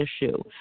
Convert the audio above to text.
issue